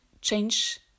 change